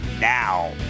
now